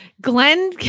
Glenn